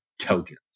tokens